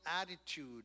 attitude